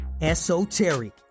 esoteric